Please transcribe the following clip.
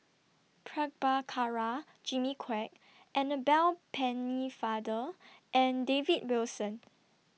Prabhakara Jimmy Quek Annabel Pennefather and David Wilson